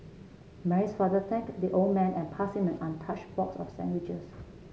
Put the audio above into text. Mary's father thanked the old man and passed him an untouched box of sandwiches